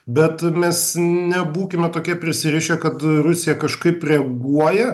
bet mes nebūkime tokie prisirišę kad rusija kažkaip reaguoja